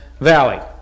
valley